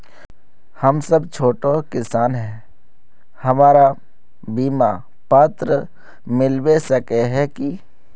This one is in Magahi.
हम सब छोटो किसान है हमरा बिमा पात्र मिलबे सके है की?